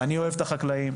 אני אוהב את החקלאים,